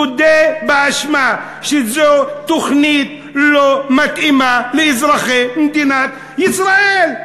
תודה באשמה שזאת תוכנית לא מתאימה לאזרחי מדינת ישראל.